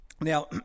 Now